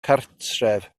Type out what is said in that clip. cartref